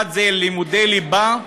1. לימודי ליבה,